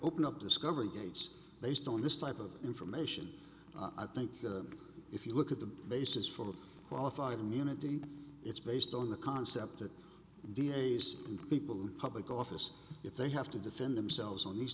open up discovery dates based on this type of information i think if you look at the basis for a qualified immunity it's based on the concept that da's and people public office if they have to defend themselves on these